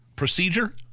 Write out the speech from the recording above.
procedure